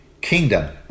kingdom